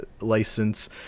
license